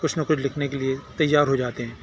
کچھ نہ کچھ لکھنے کے لیے تیار ہو جاتے ہیں